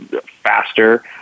faster